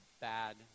bad